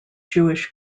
jewish